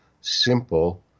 simple